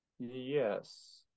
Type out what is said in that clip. Yes